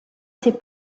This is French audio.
ses